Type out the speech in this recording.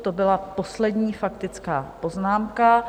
To byla poslední faktická poznámka.